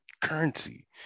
currency